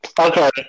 okay